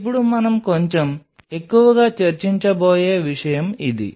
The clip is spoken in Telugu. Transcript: ఇప్పుడు మనం కొంచెం ఎక్కువగా చర్చించబోయే విషయం ఇది